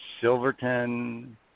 Silverton